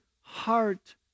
heart